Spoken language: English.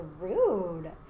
rude